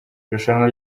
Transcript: irushanwa